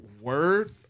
word